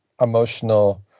emotional